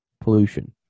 pollution